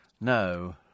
No